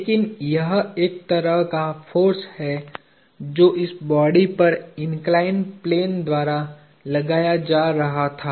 लेकिन यह एक तरह का फोर्स है जो इस बॉडी पर इन्कलाईन्ड प्लेन द्वारा लगाया जा रहा था